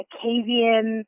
Acadian